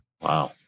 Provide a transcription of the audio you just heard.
wow